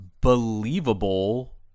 believable